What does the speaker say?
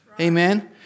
Amen